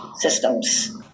systems